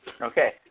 Okay